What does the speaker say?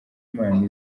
imana